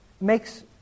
makes